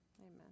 Amen